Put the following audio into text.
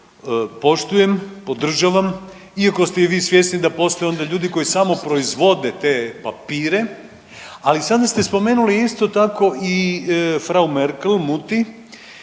poštujem i podržavam iako ste i vi svjesni da postoje onda ljudi koji samo proizvode te papire, ali sada ste spomenuli isto tako i frau Merkel, mutti,